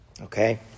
okay